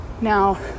Now